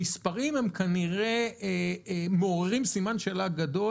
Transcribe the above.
המספרים מעוררים כנראה סימן שאלה גדול,